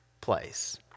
place